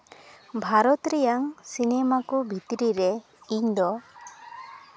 ᱵᱷᱟᱨᱚᱛ ᱨᱮᱭᱟᱜ ᱥᱤᱱᱮᱢᱟ ᱠᱚ ᱵᱷᱤᱛᱨᱤ ᱨᱮ ᱤᱧᱫᱚ